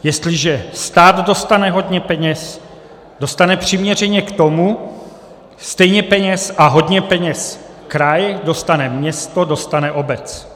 Jestliže stát dostane hodně peněz, dostane přiměřeně k tomu stejně peněz a hodně peněz kraj, dostane město, dostane obec.